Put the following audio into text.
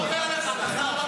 מה קרה לך?